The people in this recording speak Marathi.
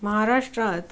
महाराष्ट्रात